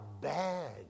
bad